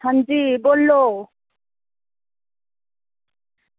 आं जी बोल्लो